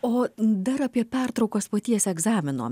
o dar apie pertraukas paties egzamino